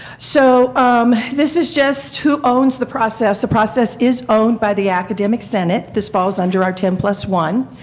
so this is just who owns the process? the process is owned by the academic senate. this falls under our ten plus one